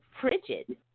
frigid